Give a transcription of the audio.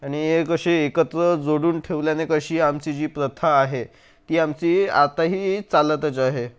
आणि हे कसे एकत्र जोडून ठेवल्याने कशी आमची जी प्रथा आहे ती आमची आताही चालतच आहे